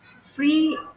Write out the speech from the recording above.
free